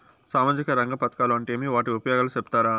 సామాజిక రంగ పథకాలు అంటే ఏమి? వాటి ఉపయోగాలు సెప్తారా?